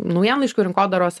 naujienlaiškių rinkodaros